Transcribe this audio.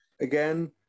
again